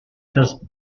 das